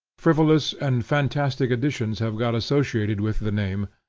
frivolous and fantastic additions have got associated with the name,